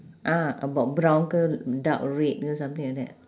ah about brown ke dark red something like that